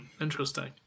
Interesting